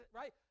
right